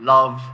Love